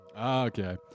okay